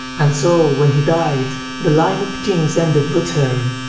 and so when he died, the line of kings ended with him.